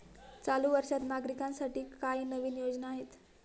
चालू वर्षात नागरिकांसाठी काय नवीन योजना आहेत?